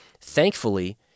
thankfully